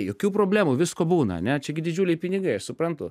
jokių problemų visko būna ane čiagi didžiuliai pinigai aš suprantu